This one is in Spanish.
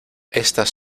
estas